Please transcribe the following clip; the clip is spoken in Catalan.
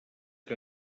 que